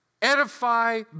edify